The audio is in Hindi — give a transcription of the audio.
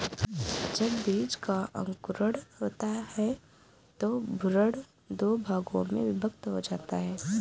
जब बीज का अंकुरण होता है तो भ्रूण दो भागों में विभक्त हो जाता है